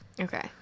Okay